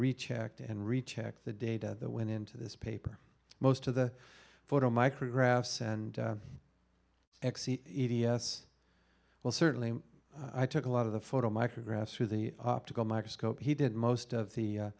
rechecked and rechecked the data that went into this paper most of the photo micrographs and x e d s well certainly i took a lot of the photo micrographs through the optical microscope he did most of the